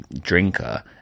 drinker